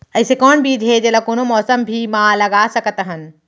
अइसे कौन बीज हे, जेला कोनो मौसम भी मा लगा सकत हन?